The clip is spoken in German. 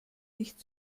nicht